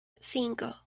cinco